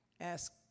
Ask